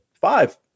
five